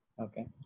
Okay